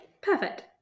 perfect